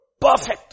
Perfect